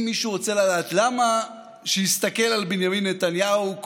אם מישהו רוצה לדעת למה, שיסתכל על בנימין נתניהו.